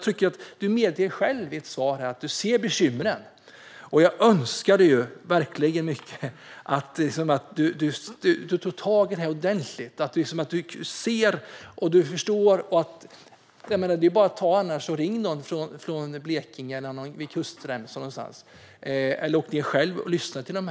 Ministern medger själv i sitt svar att han ser bekymren. Jag önskar verkligen att du, Sven-Erik Bucht, tar tag i detta ordentligt och att du ser och förstår. Det är bara att ringa någon i Blekinge eller vid någon kustremsa, eller åk ned själv och lyssna på dem.